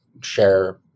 share